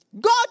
God